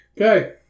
Okay